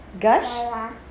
gush